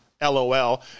lol